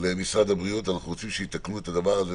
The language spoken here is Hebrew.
למשרד הבריאות: אנחנו רוצים שיתקנו את הדבר הזה.